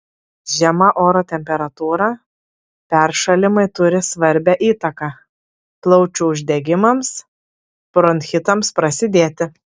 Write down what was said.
žema oro temperatūra peršalimai turi svarbią įtaką plaučių uždegimams bronchitams prasidėti